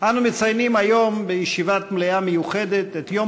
אנו מציינים היום בישיבת מליאה מיוחדת את יום